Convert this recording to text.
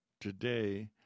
today